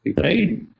right